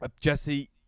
Jesse